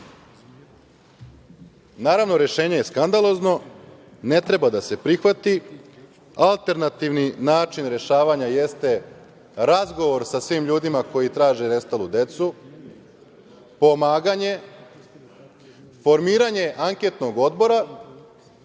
to. Naravno, rešenje je skandalozno, ne treba da se prihvati. Alternativni način rešavanja jeste razgovor sa svim ljudima koji traže nestalu decu, pomaganje, formiranje anketnog odbora